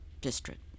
district